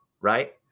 Right